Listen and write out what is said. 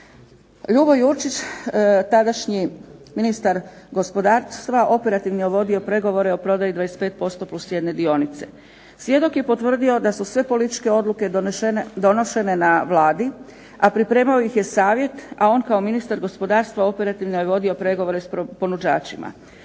Ljubo Jurčić tadašnji ministar gospodarstva operativno je vodio pregovore o prodaji 25% + jedne dionice. Svjedok je potvrdio da su sve političke odluke dnošene na Vladi a pripremao ih je savjet a on kao ministar gospodarstva operativno je vodio pregovore s ponuđačima.